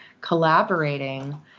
collaborating